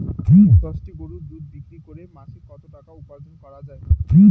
দশটি গরুর দুধ বিক্রি করে মাসিক কত টাকা উপার্জন করা য়ায়?